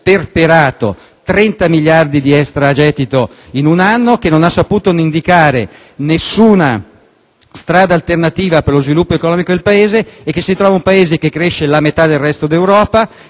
ha sperperato 30 miliardi di extragettito in un anno e che non ha saputo indicare nessuna strada alternativa per lo sviluppo economico del Paese; un Paese che cresce la metà del resto d'Europa